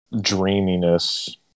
dreaminess